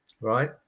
Right